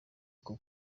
uko